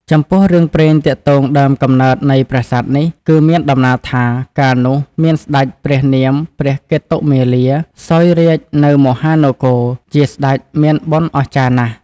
ចំពោះរឿងព្រេងទាក់ទងដើមកំណើតនៃប្រាសាទនេះ គឺមានដំណាលថា កាលនោះមានសេ្តចព្រះនាមព្រះកេតុមាលា សោយរាជនៅមហានគរ ជាសេ្តចមានបុណ្យអស្ចារ្យណាស់។